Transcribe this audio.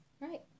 right